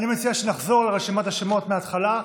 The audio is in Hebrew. אני מציע שנחזור על רשימת השמות מהתחלה.